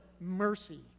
mercy